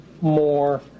more